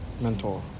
mentor